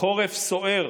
חורף סוער